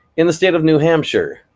in the state of new hampshire,